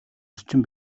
орчин